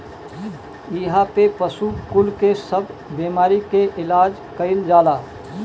इहा पे पशु कुल के सब बेमारी के इलाज कईल जाला